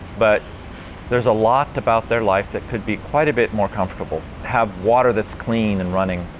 but there's a lot about their life that could be quite a bit more comfortable. have water that's clean and running.